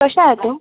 कसा आहे तो